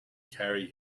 carry